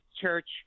Church